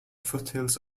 foothills